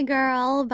Girl